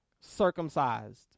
circumcised